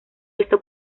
esto